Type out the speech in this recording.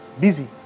busy